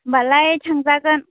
होम्बालाय थांजागोन